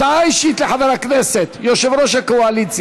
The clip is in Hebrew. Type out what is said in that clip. הצעת חוק סדר הדין הפלילי (תיקון,